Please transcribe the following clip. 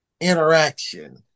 interaction